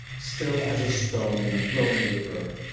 still as a stone in a flowing river,